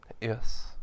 Yes